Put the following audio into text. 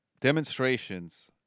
demonstrations